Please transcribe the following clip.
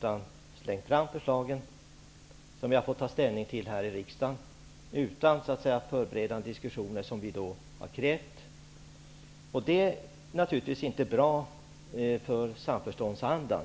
har slängt fram förslag, som vi har fått ta ställning till här i riksdagen utan de förberedande diskussioner som vi har krävt. Det är naturligtvis inte bra för samförståndsandan.